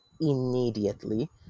immediately